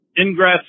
ingress